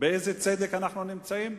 באיזה צדק אנחנו נמצאים?